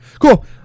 cool